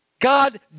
God